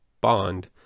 bond